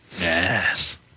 yes